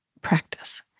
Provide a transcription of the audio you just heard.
practice